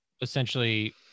essentially